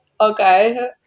Okay